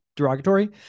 derogatory